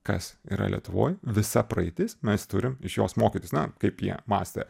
kas yra lietuvoj visa praeitis mes turim iš jos mokytis na kaip jie mąstė